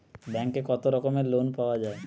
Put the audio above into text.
ব্যাঙ্কে কত রকমের লোন পাওয়া য়ায়?